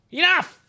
enough